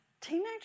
teenagers